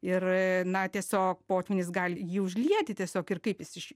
ir na tiesiog potvynis gali jį užlieti tiesiog ir kaip jis iš